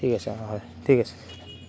ঠিক আছে অঁ হয় ঠিক আছে